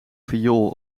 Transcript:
viool